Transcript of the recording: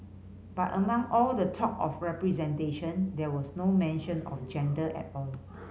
but among all the talk of representation there was no mention of gender at all